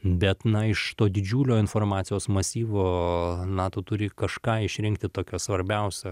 bet na iš to didžiulio informacijos masyvo nato turi kažką išrinkti tokio svarbiausia